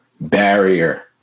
barrier